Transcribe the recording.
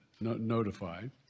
notified